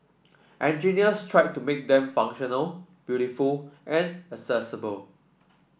engineers tried to make them functional beautiful and accessible